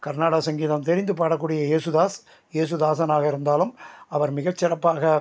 கர்நாடக சங்கீதம் தெரிந்து பாடக்கூடிய யேசுதாஸ் யேசுதாசனாக இருந்தாலும் அவர் மிகச்சிறப்பாக